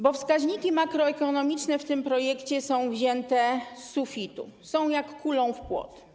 Bo wskaźniki makroekonomiczne w tym projekcie są wzięte z sufitu, są jak rzut kulą w płot.